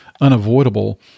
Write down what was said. unavoidable